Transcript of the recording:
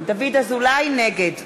נגד